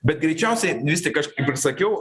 bet greičiausiai vis tik aš kaip ir sakiau